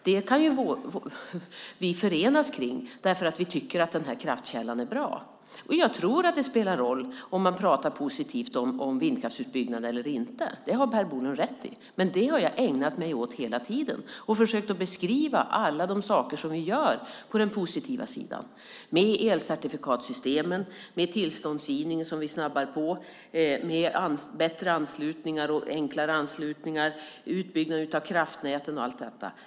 Det borde vi kunna förenas kring därför att vi tycker att den här kraftkällan är bra. Jag tror att det spelar roll om man pratar positivt om vindkraftsutbyggnaden eller inte. Det har Per Bolund rätt i, och det har jag ägnat mig åt hela tiden. Jag har försökt att beskriva alla de saker som vi gör på den positiva sidan. Det handlar om elcertifikatssystemen, tillståndsgivningen som vi snabbar på, bättre och enklare anslutningar, utbyggnad av kraftnäten och så vidare.